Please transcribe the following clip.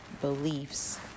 Beliefs